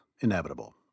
inevitable